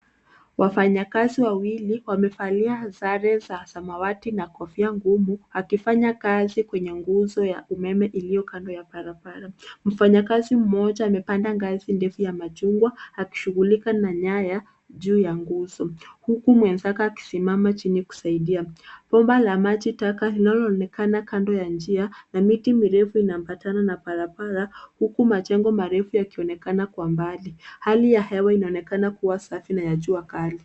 Wafanyakazi wawili wamevalia sare za samawati na kofia ngumu akifanya kazi kwenye nguzo ya umeme iliyo kando ya barabara. Mfanyakazi mmoja amepanda kazi ndefu ya machungwa akishughulika na nyaya juu ya nguzo huku mwenzake akisimama chini kusaidia. Bomba la maji taka linaloonekana kando ya njia na miti mirefu inaambatana na barabara huku majengo marefu yakionekana kwa mbali. Hali ya hewa inaonekana kuwa safi na ya jua kali.